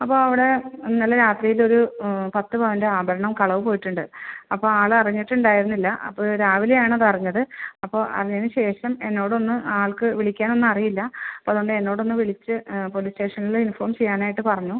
അപ്പോൾ അവിടെ ഇന്നലെ രാത്രീലൊരു പത്ത് പവൻ്റെ ആഭരണം കളവ് പോയിട്ടുണ്ട് അപ്പോൾ ആളറിഞ്ഞിട്ടുണ്ടായിരുന്നില്ല അപ്പോൾ രാവിലെയാണതറിഞ്ഞത് അപ്പോൾ അറിഞ്ഞതിന് ശേഷം എന്നോടൊന്ന് ആൾക്ക് വിളിക്കാനൊന്നറീല്ല അതോണ്ടെന്നോടൊന്ന് വിളിച്ച് പോലീസ് സ്റ്റേഷൻൽ ഇൻഫോം ചെയ്യാനായിട്ട് പറഞ്ഞു